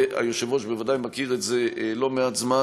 והיושב-ראש בוודאי מכיר את זה לא מעט זמן,